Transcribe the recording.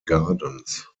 gardens